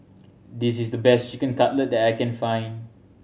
this is the best Chicken Cutlet that I can find